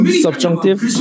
subjunctive